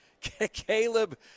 Caleb